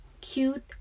cute